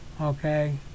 Okay